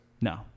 No